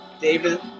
David